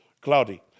Cloudy